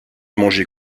manger